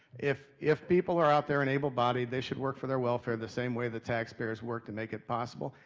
if if people are out there and able bodied, they should work for their welfare the same way the taxpayers work to make it possible.